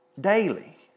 Daily